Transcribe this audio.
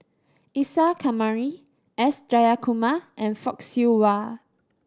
Isa Kamari S Jayakumar and Fock Siew Wah